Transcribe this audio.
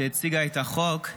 שהציגה את החוק,